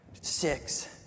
six